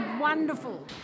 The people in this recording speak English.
wonderful